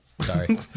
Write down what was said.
Sorry